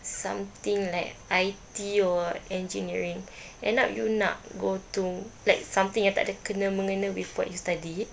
something like I_T or engineering end up you nak go to like something yang tiada kena mengena before you studied